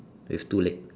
with two leg